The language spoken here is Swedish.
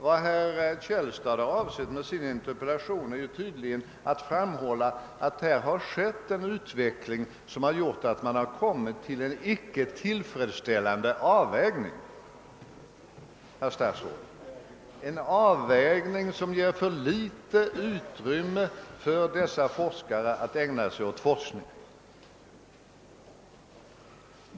Vad herr Källstad avsett med sin interpellation är tydligen att framhålla att utvecklingen gjort att man kommit fram till en icke tillfredsställande avvägning, en avvägning som ger ett för litet utrymme för dessa forskare att ägna sig åt forskning.